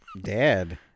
Dad